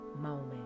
moment